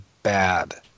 bad